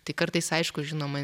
tai kartais aišku žinoma